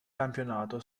campionato